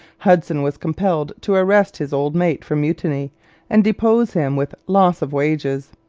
hudson was compelled to arrest his old mate for mutiny and depose him with loss of wages.